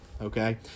Okay